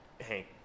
Hank